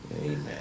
Amen